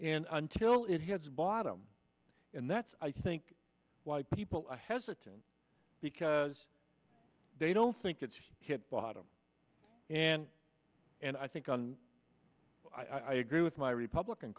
and until it hits bottom and that's i think why people are hesitant because they don't think it's hit bottom and and i think on i agree with my republican